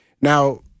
Now